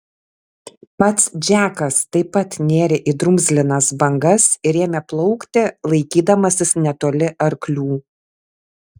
pats džekas taip pat nėrė į drumzlinas bangas ir ėmė plaukti laikydamasis netoli arklių